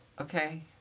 Okay